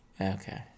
Okay